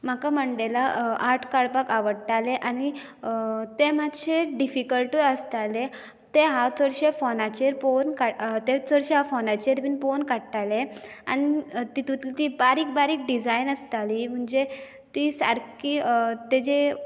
म्हाका मंडेला आर्ट काडपाक आवडटालें आनी तें मातशें डिफिकल्टूय आसतालें तें हांव चडशें फोनाचेर पळोवन तें चडशें हांव फोनाचेर बी पळोवन काडटालें आनी तितूंत ती बारीक बारीक डिझायन आसताली म्हणजे ती सारकी तेजे